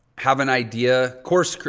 have an idea, course,